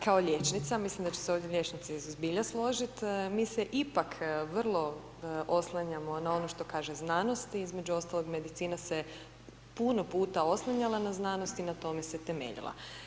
Kao liječnica, mislim da će se ovdje liječnici zbilja složiti, mi se ipak vrlo oslanjamo na ono što kaže znanost i između ostalog medicina se puno puta oslanjala na znanost i na tome se temeljila.